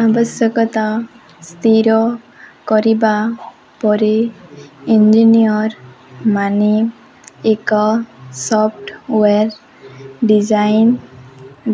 ଆବଶ୍ୟକତା ସ୍ଥିର କରିବା ପରେ ଇଞ୍ଜିନିୟର୍ ମାନେ ଏକ ସଫ୍ଟୱେର୍ ଡିଜାଇନ୍